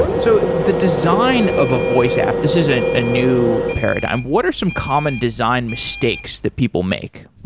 so the design of a voice app, this isn't a new paradigm. what are some common design mistakes that people make?